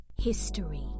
History